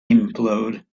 implode